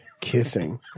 kissing